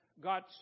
got